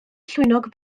llwynog